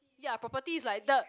ya property is like the